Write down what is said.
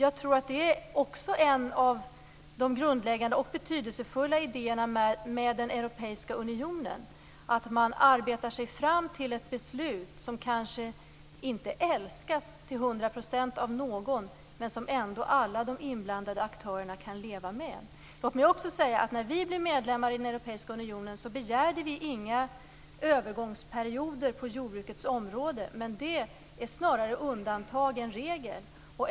Jag tror att det också är en av de grundläggande och betydelsefulla idéerna med den europeiska unionen, att man arbetar sig fram till ett beslut som kanske inte älskas till hundra procent av någon, men som ändå alla de inblandade aktörerna kan leva med. Låt mig också säga att när vi blev medlemmar i Europeiska unionen begärde vi inga övergångsperioder på jordbrukets område. Men det är snarare undantag än regel.